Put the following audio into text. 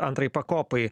antrai pakopai